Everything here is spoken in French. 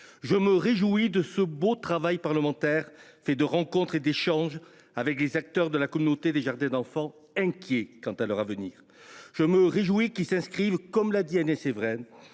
Je me réjouis de ce beau travail parlementaire, fruit de rencontres et d’échanges avec les acteurs de la communauté des jardins d’enfants, inquiets pour leur avenir. Je me réjouis que ce travail s’inscrive, comme l’a relevé Agnès Evren,